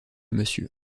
monsieur